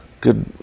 Good